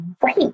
Great